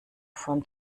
von